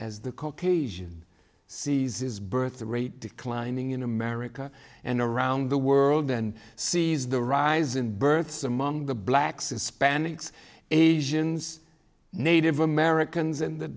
as the caucasian seizes birthrate declining in america and around the world and sees the rise in births among the blacks hispanics asians native americans and the